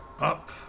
up